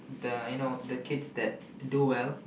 the you know the kids that do well